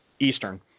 Eastern